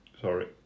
Sorry